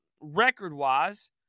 Record-wise